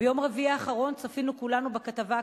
ביום רביעי האחרון צפינו כולנו בכתבה הקשה,